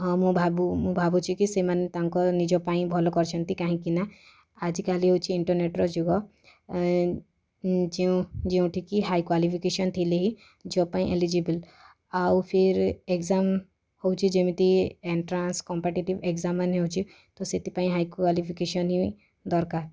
ହଁ ମୁଁ ଭାବୁ ମୁଁ ଭାବୁଛି କି ସେଇମାନେ ତାଙ୍କ ନିଜ ପାଇଁ ଭଲ କରିଛନ୍ତି କାହିଁକିନା ଆଜିକାଲି ହେଉଛି ଇଣ୍ଟ୍ର୍ନେଟ୍ର ଯୁଗ ଏ ଯେଉଁ ଯେଉଁଠି କି ହାଇ କ୍ୱାଲିଫିକେସନ୍ ଥିଲେ ହିଁ ଜବ୍ ପାଇଁ ଏଲିଜିବଲ୍ ଆଉ ଫିର୍ ଏକ୍ସାମ୍ ହେଉଛି ଯେମିତି ଏଣ୍ଟ୍ରାନ୍ସ କମ୍ପିଟେଟିଭ୍ ଏକ୍ସାମ୍ ମାନେ ହେଉଛି ତ ସେଥିପାଇଁ ହାଇ କ୍ୱାଲିଫିକେସନ୍ ହିଁ ଦରକାର୍